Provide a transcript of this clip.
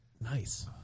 Nice